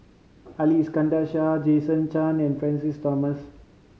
Ali Iskandar Shah Jason Chan and Francis Thomas